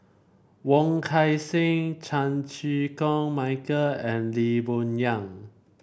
Wong Kan Seng Chan Chew Koon Michael and Lee Boon Yang